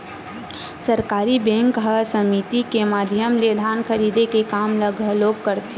सहकारी बेंक ह समिति के माधियम ले धान खरीदे के काम ल घलोक करथे